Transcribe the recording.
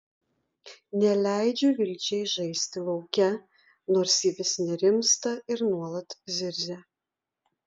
neleidžiu vilčiai žaisti lauke nors ji vis nerimsta ir nuolat zirzia